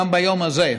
גם ביום הזה,